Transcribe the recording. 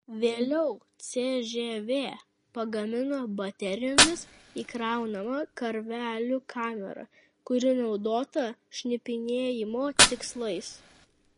vėliau cžv pagamino baterijomis įkraunamą karvelių kamerą kuri naudota šnipinėjimo tikslais